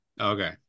okay